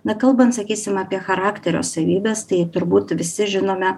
na kalbant sakysim apie charakterio savybes tai turbūt visi žinome